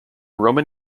roman